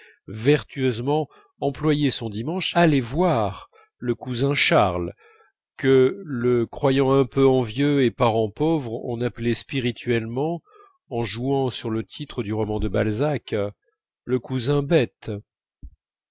vertueusement employé son dimanche à aller voir le cousin charles que le croyant un peu envieux et parent pauvre on appelait spirituellement en jouant sur le titre du roman de balzac le cousin bête